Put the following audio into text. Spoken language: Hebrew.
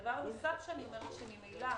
הדבר הנוסף שאני אומרת הוא שממילא